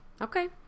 Okay